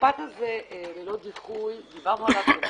המושג 'ללא דיחוי', דיברנו עליו כבר קודם,